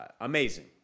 amazing